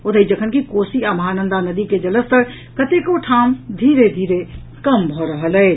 ओतहि जखनकि कोसी आ महानंदा नदी के जलस्तर कतेको ठाम धीरे धीरे कम भऽ रहल अछि